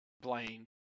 Blaine